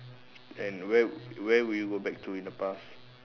and where where would you go back to in the past